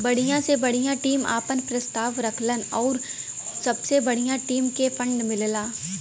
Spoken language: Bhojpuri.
बढ़िया से बढ़िया टीम आपन प्रस्ताव रखलन आउर सबसे बढ़िया टीम के फ़ंड मिलला